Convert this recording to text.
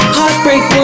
Heartbreak